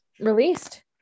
released